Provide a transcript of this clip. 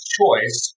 choice